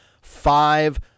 five